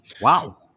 Wow